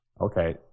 Okay